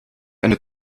eine